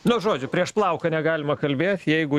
nu žodžiu prieš plauką negalima kalbėt jeigu